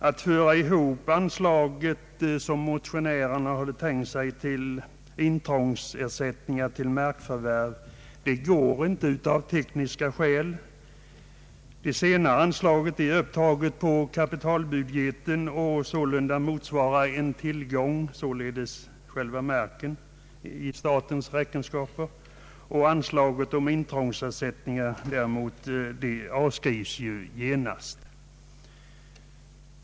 Att som motionärerna tänkt sig föra ihop anslaget till intrångsersättningar med anslaget för markförvärv går inte av tekniska skäl. Det senare anslaget är upptaget på kapitalbudgeten — själva marken motsvarar således en tillgång i statens räkenskaper — medan anslaget för intrångsersättningar avskrives i samband med utbetalningar.